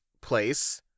place